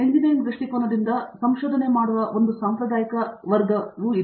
engineering ದೃಷ್ಟಿಕೋನದಿಂದ ಸಂಶೋಧನೆ ಮಾಡುವ ಒಂದು ಸಾಂಪ್ರದಾಯಿಕ ಮಾರ್ಗವಾಗಿದೆ